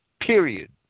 period